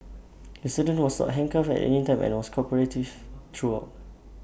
the student was handcuffed at any time and was cooperative throughout